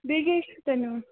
بیٚیہِ کیٛاہ حظ چھُو تۄہہِ نِیُن